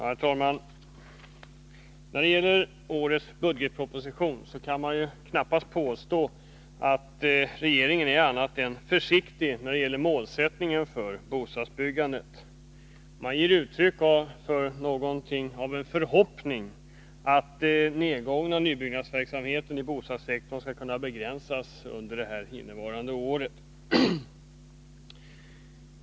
Herr talman! När det gäller årets budgetproposition kan man knappast påstå att regeringen är annat än försiktig när det gäller målsättningen för bostadsbyggandet. Den ger uttryck för någonting av en förhoppning om att nedgången av nybyggnadsverksamheten i bostadssektorn skall kunna begränsas under innevarande år.